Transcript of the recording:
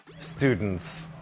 Students